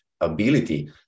ability